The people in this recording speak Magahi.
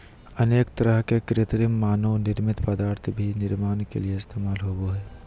अनेक तरह के कृत्रिम मानव निर्मित पदार्थ भी निर्माण के लिये इस्तेमाल होबो हइ